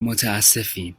متاسفیم